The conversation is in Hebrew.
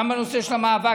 גם בנושא של המאבק.